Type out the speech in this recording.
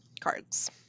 cards